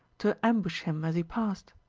to ambush him as he passed?